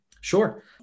Sure